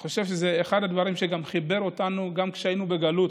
אני חושב שזה אחד הדברים שחיברו אותנו כשהיינו בגלות.